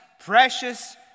precious